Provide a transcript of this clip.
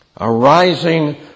arising